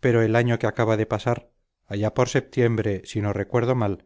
pero el año que acaba de pasar allá por septiembre si no recuerdo mal